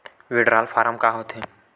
Withdrawal form का होथे?